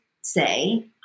say